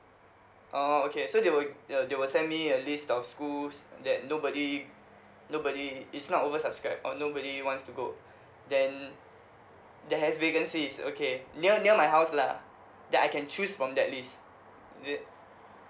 orh okay so they will uh they will send me a list of schools that nobody nobody is not over subscribe or nobody wants to go then that has vacancies okay near near my house lah that I can choose from that list is it